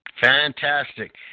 Fantastic